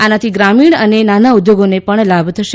આનાથી ગ્રામીણ અને નાના ઉદ્યોગોને પણ લાભ થશે